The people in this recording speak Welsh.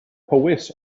powys